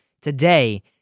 today